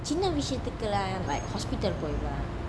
சின்ன விஷயத்துக்குளம்:chinna visayathukulam like hospital போயிடுவான்:poiduvan